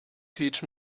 teach